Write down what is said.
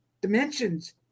dimensions